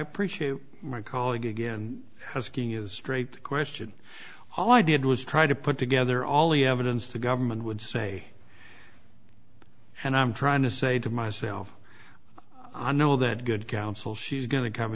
appreciate my call again asking is straight question all i did was try to put together all the evidence to government would say and i'm trying to say to myself i know that good counsel she's going to come